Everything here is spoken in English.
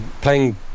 playing